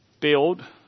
build